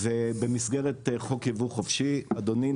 ובמסגרת חוק ייבוא חופשי אדוני,